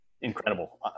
Incredible